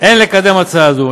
אין לקדם הצעה זו.